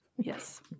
Yes